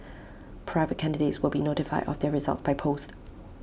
private candidates will be notified of their results by post